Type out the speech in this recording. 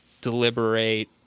deliberate